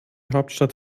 hauptstadt